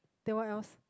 then what else